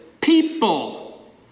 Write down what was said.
people